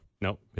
Nope